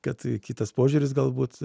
kad kitas požiūris galbūt